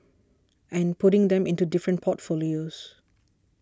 and putting them into different portfolios